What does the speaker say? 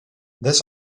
this